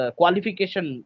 qualification